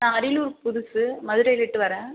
நா அரியலூருக்கு புதுசு மதுரையிலிட்டு வரேன்